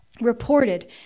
reported